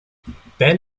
ben